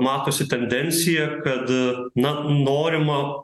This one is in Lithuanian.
matosi tendencija kad na norima